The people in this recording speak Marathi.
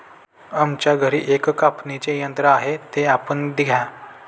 आमच्या घरी एक कापणीचे यंत्र आहे ते आपण घ्या